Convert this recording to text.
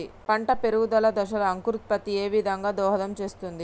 పంట పెరుగుదల దశలో అంకురోత్ఫత్తి ఏ విధంగా దోహదం చేస్తుంది?